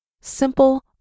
simple